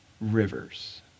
rivers